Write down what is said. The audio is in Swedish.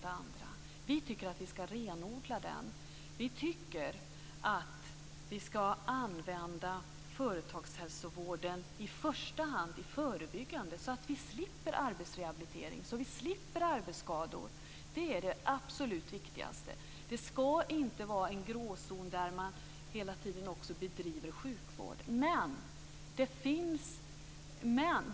Vi tycker att vi ska renodla detta. Vi tycker att vi ska använda företagshälsovården i första hand i förebyggande syfte så att vi slipper arbetsrehabilitering och arbetsskador. Det är det absolut viktigaste. Det ska inte vara en gråzon där man också hela tiden bedriver sjukvård.